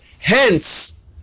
hence